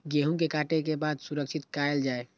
गेहूँ के काटे के बाद सुरक्षित कायल जाय?